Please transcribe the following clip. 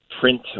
print